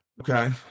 Okay